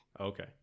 Okay